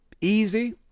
Easy